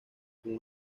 con